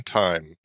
time